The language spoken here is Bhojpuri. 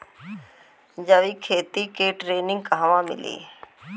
जैविक खेती के ट्रेनिग कहवा मिली?